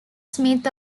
smith